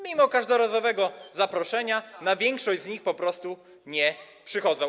Mimo każdorazowego zaproszenia na większość z nich po prostu nie przychodzą.